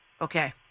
Okay